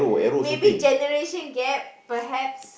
maybe generation gap perhaps